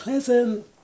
Pleasant